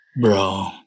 bro